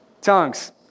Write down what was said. tongues